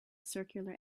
circular